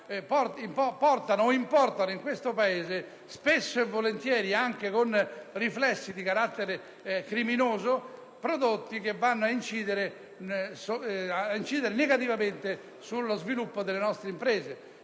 Stato, importano in questo Paese, spesso e volentieri anche con riflessi di carattere criminoso, prodotti che vanno ad incidere negativamente sullo sviluppo delle nostre imprese.